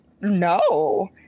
no